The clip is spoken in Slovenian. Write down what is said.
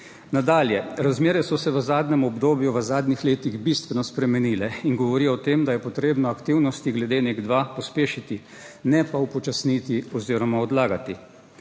Nadalje. Razmere so se v zadnjem obdobju, v zadnjih letih bistveno spremenile in govori o tem, da je potrebno aktivnosti glede JEK2 pospešiti ne pa upočasniti oziroma odlagati.